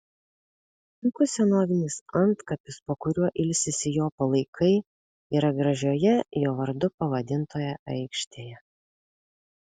puikus senovinis antkapis po kuriuo ilsisi jo palaikai yra gražioje jo vardu pavadintoje aikštėje